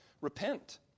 repent